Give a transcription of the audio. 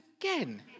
again